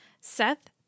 Seth